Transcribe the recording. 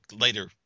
later